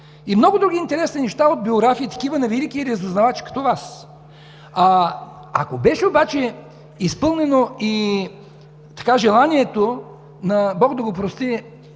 и много други интересни неща от биографиите на велики разузнавачи като Вас. Ако беше обаче изпълнено и желанието на, Бог да го прости,